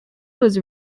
was